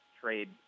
trade